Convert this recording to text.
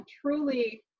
truly